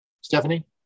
Stephanie